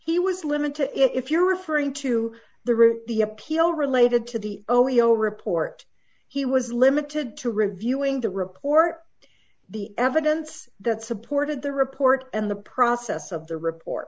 he was limited if you're referring to the room the appeal related to the oio report he was limited to reviewing the report the evidence that supported the report and the process of the report